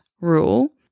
rule